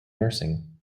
nursing